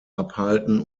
abhalten